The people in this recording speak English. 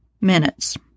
minutes